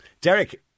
Derek